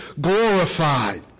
glorified